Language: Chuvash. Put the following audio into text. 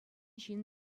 ҫын